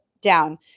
down